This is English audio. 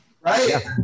right